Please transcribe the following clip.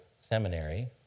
Seminary